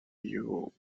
you